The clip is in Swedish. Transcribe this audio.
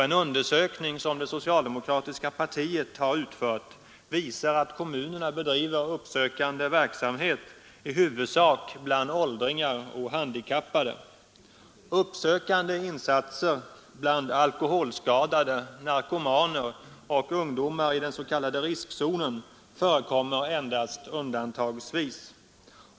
En undersökning som det socialdemokratiska partiet har utfört visar att kommunerna bedriver uppsökande verksamhet i huvudsak bland åldringar och handikappade. Uppsökande insatser bland alkoholskadade, narkomaner och ungdomar i den s.k. riskzonen förekommer endast undantagsvis.